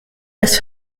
als